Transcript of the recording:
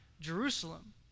Jerusalem